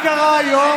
אז מה קרה היום,